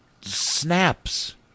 snaps